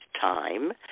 time